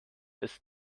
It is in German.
ist